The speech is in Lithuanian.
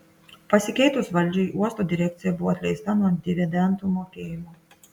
pasikeitus valdžiai uosto direkcija buvo atleista nuo dividendų mokėjimo